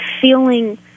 feeling